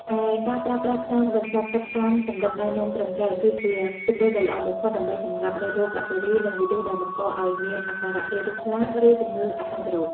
ឯការប្រើប្រាស់ថ្នាំបន្សុទ្ធទឹកតាមកម្រិតណែនាំត្រឹមត្រូវ គឺជាជម្រើសដ៏ល្អបំផុតដើម្បីសម្លាប់មេរោគបាក់តេរី និងវីរុសដែលបង្កឱ្យមានអាការៈរាករូសខ្លាំង ឬជំងឺអាសន្នរោគ។